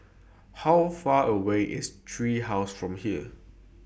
How Far away IS Tree House from here